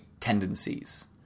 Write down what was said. tendencies